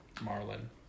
Marlin